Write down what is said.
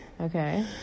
Okay